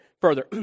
further